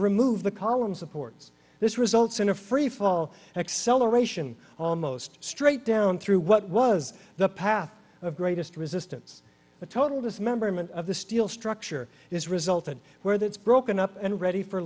remove the columns supports this results in a freefall acceleration almost straight down through what was the path of greatest resistance a total dismemberment of the steel structure has resulted where that's broken up and ready for